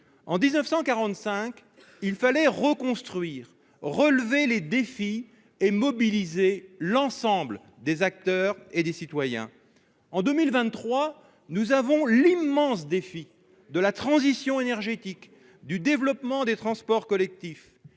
en 1945, il fallait reconstruire, relever les défis et mobiliser l'ensemble des acteurs et des citoyens. En 2023, nous avons l'immense défi de la transition énergétique, du développement des transports collectifs,